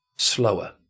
slower